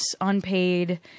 unpaid